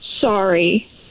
sorry